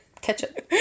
ketchup